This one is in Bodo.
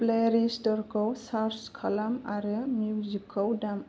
प्लेलिस्टखौ स्टार्ट खालाम आरो मिउजिकखौ दाम